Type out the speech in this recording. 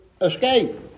escape